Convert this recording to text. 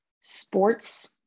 sports